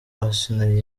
asinah